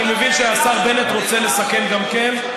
אני מבין שהשר בנט רוצה לסכם גם כן,